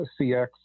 CX